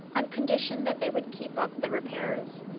on condition that they would keep up the repairs.